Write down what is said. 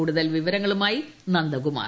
കൂടുതൽ വിവരങ്ങളുമായി നന്ദകുമാർ